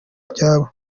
byabo